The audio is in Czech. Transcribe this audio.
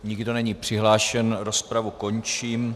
Nikdo není přihlášen, rozpravu končím.